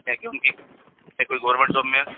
क्या है कि उनकी या कोई गोवरमेंट जॉब में है